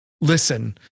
listen